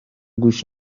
گوش